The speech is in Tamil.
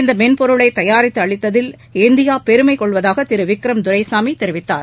இந்த மென்பொருளை தயாரித்து அளித்ததில் இந்தியா பெருமை கொள்வதாக திரு விக்ரம் துரைசாமி தெரிவித்தார்